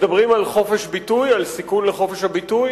מדברים על חופש הביטוי, על סיכון לחופש הביטוי?